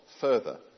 further